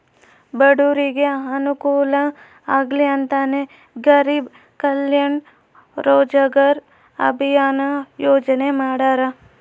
ಬಡೂರಿಗೆ ಅನುಕೂಲ ಆಗ್ಲಿ ಅಂತನೇ ಗರೀಬ್ ಕಲ್ಯಾಣ್ ರೋಜಗಾರ್ ಅಭಿಯನ್ ಯೋಜನೆ ಮಾಡಾರ